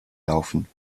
laufen